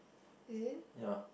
yeah